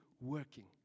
working